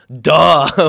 duh